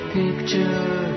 picture